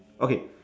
okay